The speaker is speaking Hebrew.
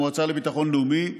המועצה לביטחון לאומי.